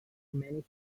many